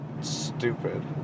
stupid